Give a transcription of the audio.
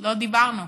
לא דיברנו,